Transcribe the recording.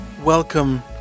Welcome